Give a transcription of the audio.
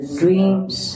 dreams